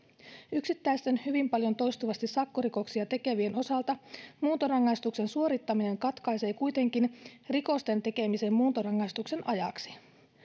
yksittäisten hyvin paljon toistuvasti sakkorikoksia tekevien osalta muuntorangaistuksen suorittaminen katkaisee kuitenkin rikosten tekemisen muuntorangaistuksen ajaksi